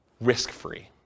risk-free